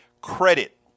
credit